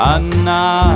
Anna